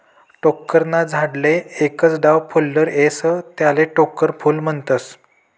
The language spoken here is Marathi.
टोक्कर ना झाडले एकच दाव फुल्लर येस त्याले टोक्कर फूल म्हनतस